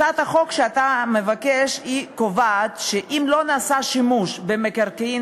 הצעת החוק שאתה מבקש קובעת שאם לא נעשה שימוש במקרקעין